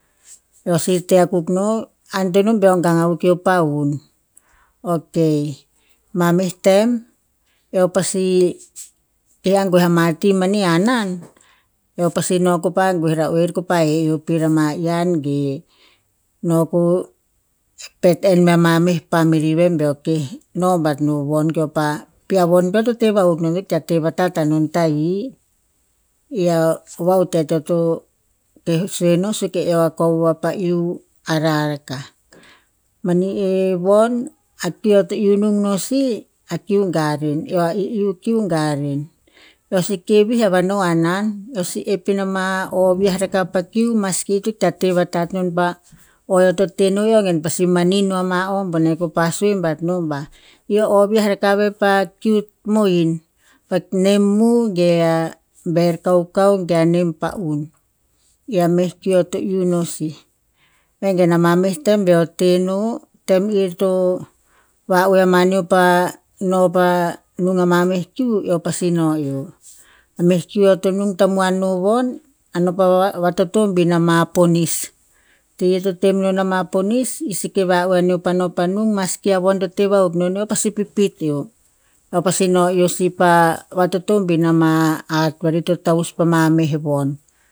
Eo si teh akuk no, antoen nom beo gang akuk eo pa hun. Ok ma meh tem eo pasi, keh angue ama ti mani hanan, eo pasi no ko pa gue ra oer ko pa he eo pir ama yian ge, no po pet enn me ma meh family ve beo keh no bat no voh keo pa pi a von peo to teh vahuk non ita teh vatat a non tahi. I a va utet eo to keh sue nos suk eo a kovo va pa iuh arah. Mani e von a kiu eo to iuh nung no si, a kiu garen, eo a i'iuh kiu garen. Eo seke vih ava no hanan, eo si epina ma o viah rakah pa kiu maski ito ikta teh vatat non pa o eo to teh no, eo gen pasi manin no ama o boneh ko pa sue bat no ba. I a o viah rakah ba kiu mohin, pa nem muh ge a ber kaukau gea nem pa'un, ia meh kiu eo to iuh no si. Vengen a ma meh tem beo teh no, tem ir to va'oeh amaneo pa no pa nung ama moi kiu, eo pasi no eo. Meh kiu eo to nung tamuan no von, a no pa va- vatotobin ama ponis. Eteia to teh merer ama ponis, i seke va'oeh aneo pa no pa nung maski a von to teh vahuk non eo pasi pipit eo. Eo pasi no eo si pa vatotobin ama hat vari to tavus pa mamoi von.